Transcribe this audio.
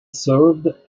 served